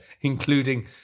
including